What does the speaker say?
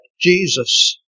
Jesus